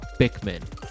Bickman